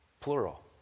Plural